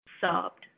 sobbed